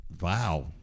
Wow